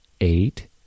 eight